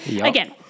again